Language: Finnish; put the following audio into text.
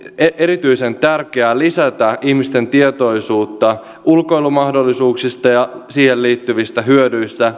erityisen tärkeää lisätä ihmisten tietoisuutta ulkoilumahdollisuuksista ja ulkoiluun liittyvistä hyödyistä